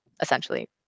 essentially